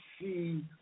see